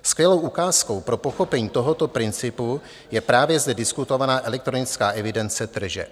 Skvělou ukázkou pro pochopení tohoto principu je právě zde diskutovaná elektronická evidence tržeb.